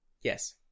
Yes